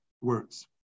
words